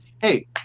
hey